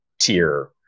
tier